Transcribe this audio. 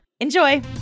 Enjoy